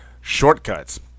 Shortcuts